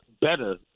better